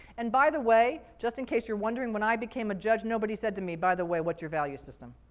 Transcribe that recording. and by the way, just in case you're wondering, when i became a judge, nobody said to me, by the way, what's your value system?